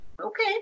okay